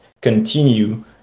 continue